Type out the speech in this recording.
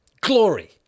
glory